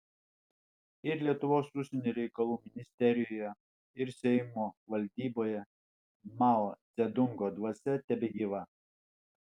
ir lietuvos užsienio reikalų ministerijoje ir seimo valdyboje mao dzedungo dvasia tebegyva